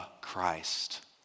Christ